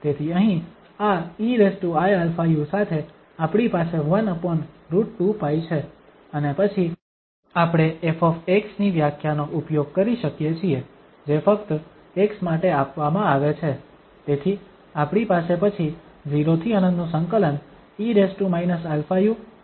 તેથી અહીં આ eiαu સાથે આપણી પાસે 1√2π છે અને પછી આપણે 𝑓 ની વ્યાખ્યાનો ઉપયોગ કરી શકીએ છીએ જે ફક્ત x માટે આપવામાં આવે છે તેથી આપણી પાસે પછી 0∫∞ e αu eiαu du છે